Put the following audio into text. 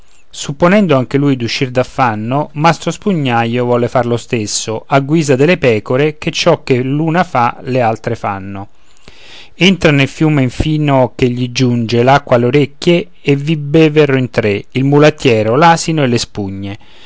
supponendo anche lui d'uscir d'affanno mastro spugnaio volle far lo stesso a guisa delle pecore che ciò che l'una fa e l'altre fanno entra nel fiume infino che gli giugne l'acqua alle orecchie e vi bevvero in tre il mulattiero l'asino e le spugne